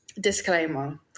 disclaimer